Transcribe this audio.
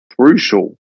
crucial